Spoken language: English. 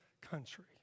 country